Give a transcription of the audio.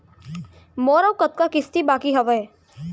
मोर अऊ कतका किसती बाकी हवय?